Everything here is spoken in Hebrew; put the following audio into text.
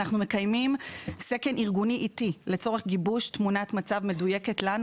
אנחנו מקיימים סקר ארגוני עיתי לצורך גיבוש תמונת מצב מדויקת לנו,